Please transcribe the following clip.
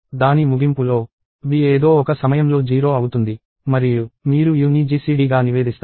దాని ముగింపులో v ఏదో ఒక సమయంలో 0 అవుతుంది మరియు మీరు u ని GCD గా నివేదిస్తారు